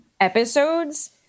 episodes